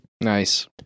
Nice